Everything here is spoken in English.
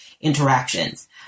interactions